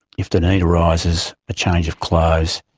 if the need arises, a change of clothes,